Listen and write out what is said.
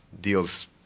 deals